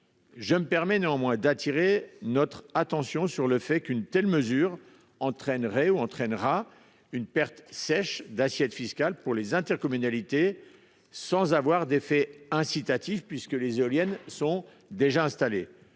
Je me permets néanmoins d'attirer notre attention sur le fait qu'une telle mesure entraînerait ou entraînera une perte sèche d'assiette fiscale pour les intercommunalités. Sans avoir d'effet incitatif puisque les éoliennes sont déjà installés